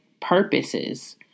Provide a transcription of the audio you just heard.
purposes